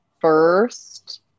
first